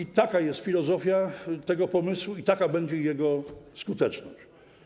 I taka jest filozofia tego pomysłu i taka będzie jego skuteczność.